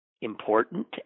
important